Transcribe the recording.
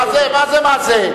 מה זה "מה זה"?